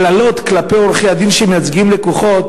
הקללות כלפי עורכי-הדין שמייצגים לקוחות,